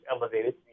elevated